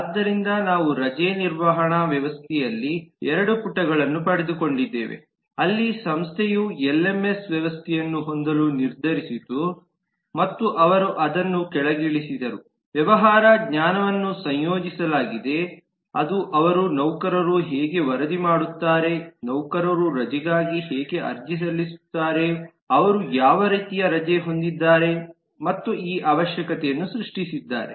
ಆದ್ದರಿಂದ ನಾವು ರಜೆ ನಿರ್ವಹಣಾ ವ್ಯವಸ್ಥೆಯಲ್ಲಿ 2 ಪುಟಗಳನ್ನು ಪಡೆದುಕೊಂಡಿದ್ದೇವೆ ಅಲ್ಲಿ ಸಂಸ್ಥೆಯು ಎಲ್ಎಂಎಸ್ ವ್ಯವಸ್ಥೆಯನ್ನು ಹೊಂದಲು ನಿರ್ಧರಿಸಿತು ಮತ್ತು ಅವರು ಅದನ್ನು ಕೆಳಗಿಳಿಸಿದರು ವ್ಯವಹಾರ ಜ್ಞಾನವನ್ನು ಸಂಯೋಜಿಸಲಾಗಿದೆ ಅದು ಅವರು ನೌಕರರು ಹೇಗೆ ವರದಿ ಮಾಡುತ್ತಾರೆ ನೌಕರರು ರಜೆಗಾಗಿ ಹೇಗೆ ಅರ್ಜಿ ಸಲ್ಲಿಸುತ್ತಾರೆ ಅವರು ಯಾವ ರೀತಿಯ ರಜೆ ಹೊಂದಿದ್ದಾರೆ ಮತ್ತು ಈ ಅವಶ್ಯಕತೆಯನ್ನು ಸೃಷ್ಟಿಸಿದ್ದಾರೆ